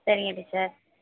சரிங்க டீச்சர்